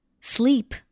Sleep